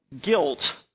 guilt